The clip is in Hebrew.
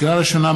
לקריאה ראשונה,